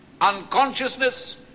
unconsciousness